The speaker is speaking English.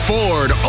Ford